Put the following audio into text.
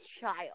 child